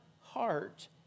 heart